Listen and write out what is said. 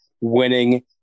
winning